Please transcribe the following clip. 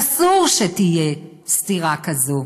ואסור שתהיה סתירה כזאת.